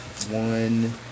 One